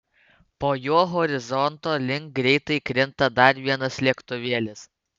po juo horizonto link greitai krinta dar vienas lėktuvėlis